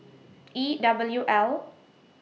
E W L